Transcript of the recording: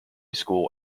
school